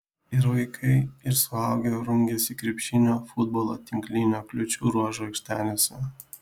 ir vaikai ir suaugę rungėsi krepšinio futbolo tinklinio kliūčių ruožo aikštelėse